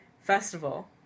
festival